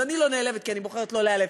אז אני לא נעלבת כי אני בוחרת לא להיעלב,